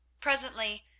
Presently